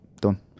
done